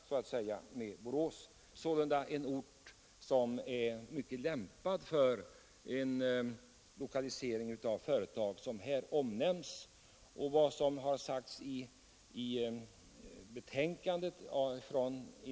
Borås är sålunda en ort, som är mycket lämpad för en lokalisering av det företag som här omnämns.